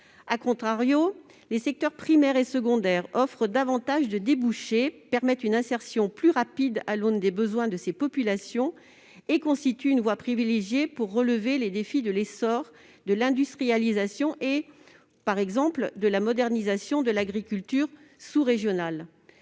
massif., les secteurs primaire et secondaire offrent davantage de débouchés, permettent une insertion plus rapide à l'aune des besoins de ces populations et constituent une voie privilégiée pour relever les défis de l'essor de l'industrialisation et, par exemple, de la modernisation de l'agriculture sous-régionale.